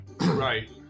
right